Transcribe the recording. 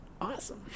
Awesome